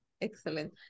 Excellent